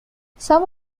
some